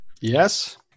Yes